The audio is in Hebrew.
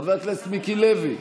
חבר הכנסת מיקי לוי,